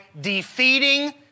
defeating